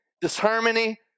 disharmony